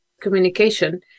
communication